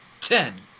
Ten